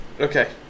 Okay